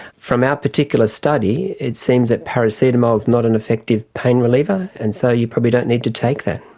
from our particular study it seems that paracetamol is not an effective pain reliever, and so you probably don't need to take that.